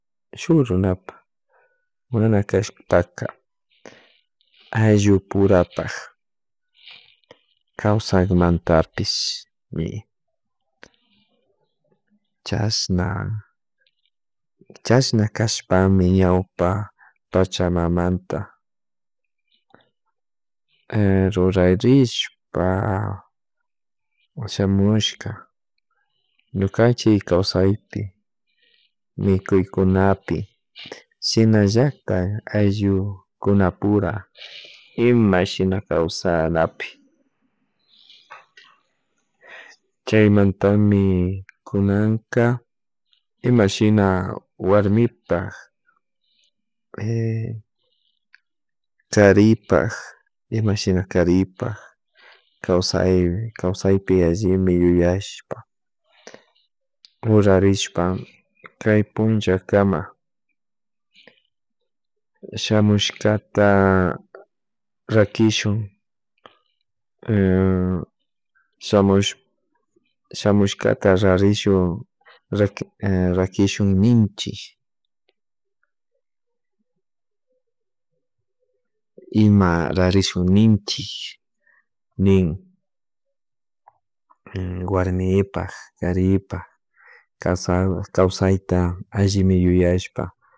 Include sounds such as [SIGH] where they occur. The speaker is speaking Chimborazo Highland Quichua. Shuk runapa [UNINTELLIGIBLE] kashpaka ayllu purapak kawsak [NOISE] mantapishmi chashna chashna kashpami ñawpa pachamamanta [HESITATION] rurarishpa shamushka ñukanchik kawsaypi [NOISE] mikuykunapi shinallatak ayllukunapura [NOISE] imashina kawsanapi [NOISE] chay mantami kunanka [NOISE] ima shina warmita [HESITATION] karipak, imashina karipak [NOISE] kawsay kawsaypi allimi yuyashpa [NOISE] rurarishpa kay puncha kama [NOISE] shamushkata rakishun [HESITATION] shamush shamushkata rarishun [UNINTELLIGIBLE] [HESITATION] rakishun ninchik ima rarishin ninchik ni [HESITATION] warmipak karipak kawsa kawsayta allimi yuyashpa